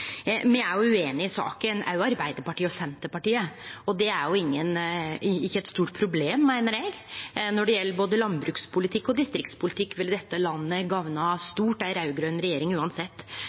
Me er ueinige i saka, også Arbeidarpartiet og Senterpartiet. Og det er ikkje eit stort problem, meiner eg. Ei raud-grøn regjering ville uansett gagne dette landet stort når det gjeld både landbrukspolitikk og distriktspolitikk. Men kvifor fremjar Arbeidarpartiet dette